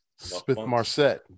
Smith-Marset